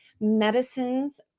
medicines